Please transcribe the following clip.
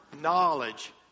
knowledge